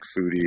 foodie